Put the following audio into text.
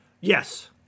Yes